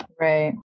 Right